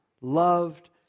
loved